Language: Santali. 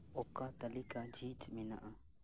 ᱚᱠᱟ ᱛᱟᱞᱤᱠᱟ ᱡᱷᱤᱡ ᱢᱮᱱᱟᱜᱼᱟ